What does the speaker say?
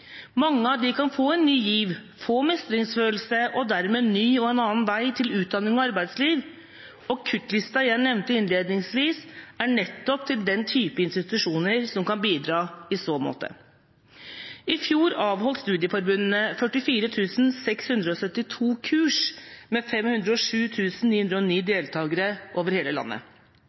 Mange av dem kan få ny giv, få mestringsfølelse og dermed en ny og annen vei til utdanning og arbeidsliv. Og kuttlista jeg nevnte innledningsvis, gjelder nettopp institusjoner som kan bidra i så måte. I fjor avholdt studieforbundene 44 672 kurs med 507 909 deltakere over hele landet,